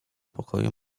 pokoju